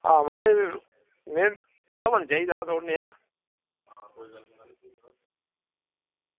आं म्हाराज में हवन चाहिदा हा थोह्ड़ा निहां